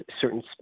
certain